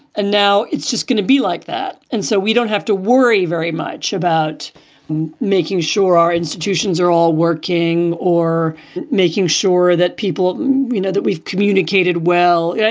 and now it's just gonna be like that. and so we don't have to worry very much about making sure our institutions are all working or making sure that people know that we've communicated well. yeah